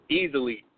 easily